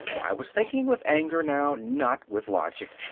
i was thinking with anger now, not with logic.